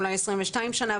אולי 22 שנה.